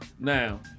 Now